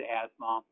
asthma